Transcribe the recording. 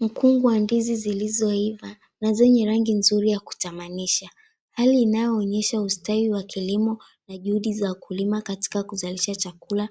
Mkungu wa ndizi zilizoiva na zenye rangi nzuri ya kutamanisha, hali inayoonyesha ustawi wa kilimo na juhudi za wakulima katika kuzalisha chakula